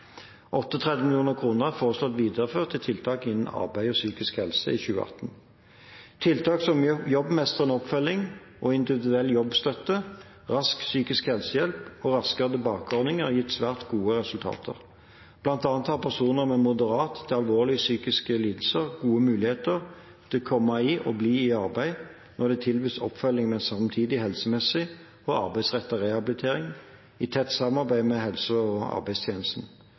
er foreslått videreført til tiltak innen arbeid og psykisk helse i 2018. Tiltak som jobbmestrende oppfølging, individuell jobbstøtte, Rask psykisk helsehjelp og Raskere tilbake-ordningen har gitt svært gode resultater. Blant annet har personer med moderate til alvorlige psykiske lidelser gode muligheter til å komme i og bli i arbeid når det tilbys oppfølging med samtidig helsemessig og arbeidsrettet rehabilitering – i tett samarbeid med helse- og arbeidstjenesten.